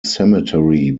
cemetery